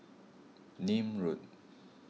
Nim Road